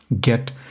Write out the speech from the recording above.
get